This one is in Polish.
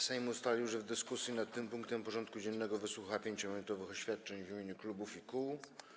Sejm ustalił, że w dyskusji nad tym punktem porządku dziennego wysłucha 5-minutowych oświadczeń w imieniu klubów i kół.